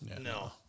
No